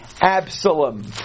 Absalom